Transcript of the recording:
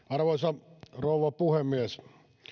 arvoisa rouva puhemies